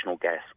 gas